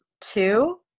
two